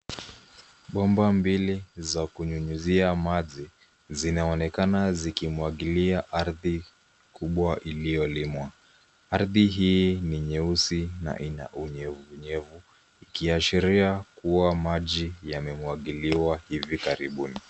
Bomba mbili za kunyunyizia maji zinaonekana zikimwagilia ardhi kubwa iliyolimwa. Ardhi hii ni nyeusi na ina unyevunyevu ikiashiria kuwa maji yamemwagiliwa hivi karibuni.